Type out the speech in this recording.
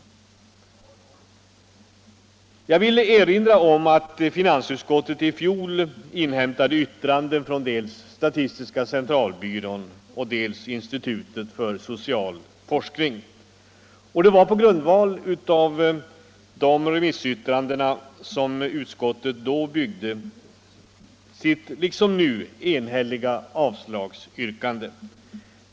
Jag erinrar om att finansutskottet i fjol inhämtade yttranden dels från statistiska centralbyrån, dels från institutet för social forskning. Det var på grundval av dessa remissyttranden som utskottet då byggde sitt liksom nu enhälliga avslagsyrkande.